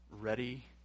ready